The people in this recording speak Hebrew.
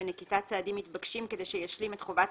ונקיטת צעדים מתבקשים כדי שישלים את חובת